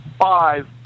five